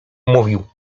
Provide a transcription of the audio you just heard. mówił